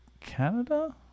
Canada